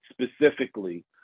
specifically